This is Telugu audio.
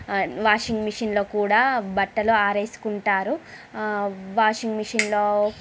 వాషింగ్ మిషన్లో కూడా బట్టలు ఆరేసుకుంటారు వాషింగ్ మిషిన్లో